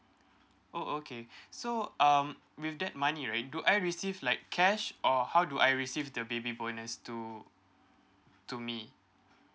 oh okay so um with that money right do I receive like cash or how do I receive the baby bonus to to me